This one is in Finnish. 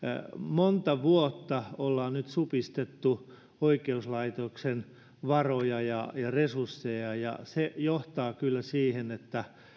monta vuotta ollaan nyt supistettu oikeuslaitoksen varoja ja resursseja ja ja se johtaa kyllä siihen että